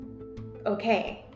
okay